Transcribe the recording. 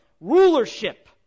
rulership